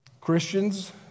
Christians